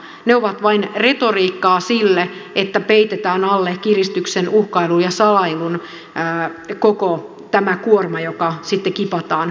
ne ovat vain retoriikkaa jonka alle peitetään kiristyksen uhkailun ja salailun koko kuorma joka sitten kipataan palkansaajien laariin